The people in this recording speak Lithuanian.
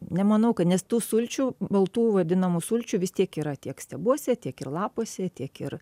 nemanau kad nes tų sulčių baltų vadinamų sulčių vis tiek yra tiek stiebuose tiek ir lapuose tiek ir